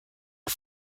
are